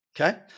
Okay